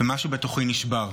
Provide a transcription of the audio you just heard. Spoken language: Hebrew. ומשהו בתוכי נשבר.